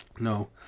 No